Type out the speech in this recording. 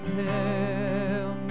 tell